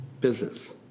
business